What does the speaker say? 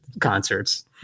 concerts